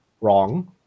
wrong